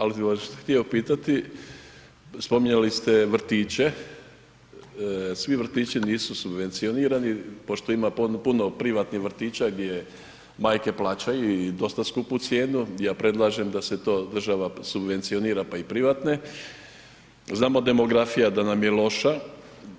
Ali bi vas htio pitati, spominjali ste vrtiće, svi vrtići nisu subvencionirani pošto ima puno privatnih vrtića gdje majke plaćaju i dosta skupu cijenu, ja predlažem da se to država subvencionira, pa i privatne, znamo demografija da nam je loša,